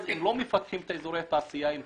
יוצא שהם לא מפתחים את אזורי התעשייה אלא